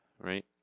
Right